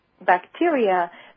bacteria